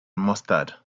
mustard